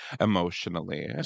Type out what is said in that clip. emotionally